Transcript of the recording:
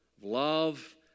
love